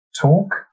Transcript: talk